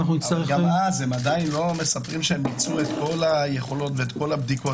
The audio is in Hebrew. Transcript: אבל גם אז הם עדיין לא מספרים שהם מיצו את כל היכולות ואת כל הבדיקות.